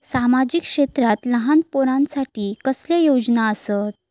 सामाजिक क्षेत्रांत लहान पोरानसाठी कसले योजना आसत?